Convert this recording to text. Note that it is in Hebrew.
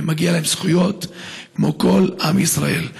ומגיעות להם זכויות כמו לכל עם ישראל.